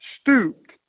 stooped